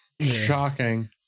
Shocking